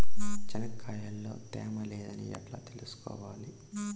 చెనక్కాయ లో తేమ లేదని ఎట్లా తెలుసుకోవాలి?